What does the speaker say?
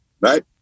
right